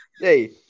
Hey